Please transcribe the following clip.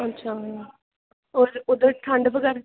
अच्छा उद्धर ठंड बगैरा